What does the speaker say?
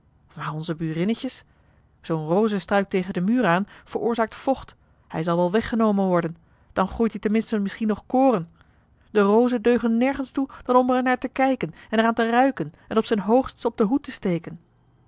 maar onze burinnetjes zoo'n rozestruik tegen den muur aan veroorzaakt vocht hij zal wel weggenomen worden dan groeit hier ten minste misschien nog koren de rozen deugen nergens toe dan om er naar te kijken en er aan te ruiken en op zijn hoogst ze op den hoed te steken